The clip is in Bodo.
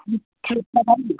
त्रिस थाखानि